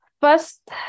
first